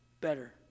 better